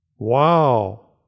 Wow